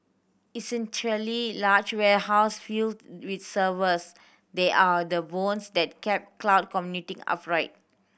essentially large warehouse filled with servers they are the bones that keep cloud computing upright